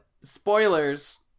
spoilers